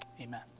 Amen